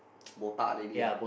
botak already ah